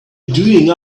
doing